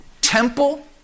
temple